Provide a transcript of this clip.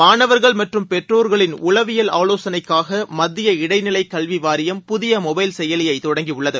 மாணவர்கள் மற்றும் பெற்றோர்களின் உளவியல் ஆலோசனைக்காக மத்திய இடைநிலை கல்வி வாரியம் புதிய மொபைல் செயலியை தொடங்கியுள்ளது